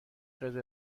قزل